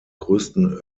größten